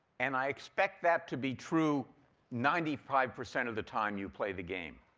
and i expect that to be true ninety five percent of the time you play the game